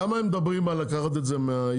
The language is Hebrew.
למה הם מדברים על לקחת את זה מהיבואנים,